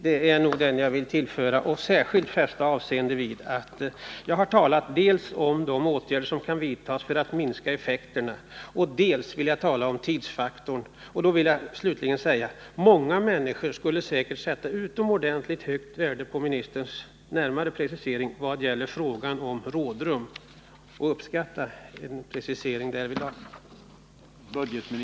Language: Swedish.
Jag har talat här dels om de åtgärder som kan vidtas för att man skall kunna minska effekterna, dels om tidsfaktorn i sammanhanget. I fråga om tidsfaktorn vill jag slutligen säga att många människor säkerligen skulle tycka att det vore utomordentligt värdefullt att få en närmare precisering av budgetministern vad gäller frågan om rådrum.